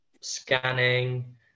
scanning